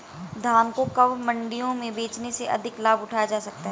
धान को कब मंडियों में बेचने से अधिक लाभ उठाया जा सकता है?